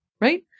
right